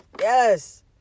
yes